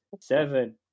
seven